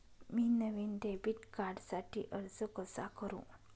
मी नवीन डेबिट कार्डसाठी अर्ज कसा करु?